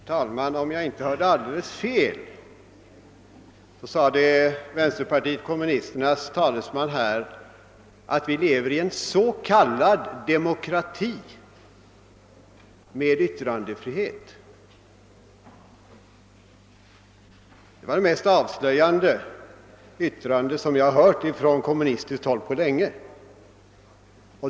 Herr talman! Om jag inte hörde alldeles fel sade vänsterpartiet kommunisternas talesman här att vi lever i en >s.k. demokrati med yttrandefrihet>. Det var det mest avslöjande yttrandet som jag hört från kommunistiskt håll på länge.